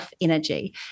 energy